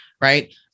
Right